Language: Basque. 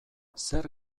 zer